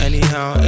Anyhow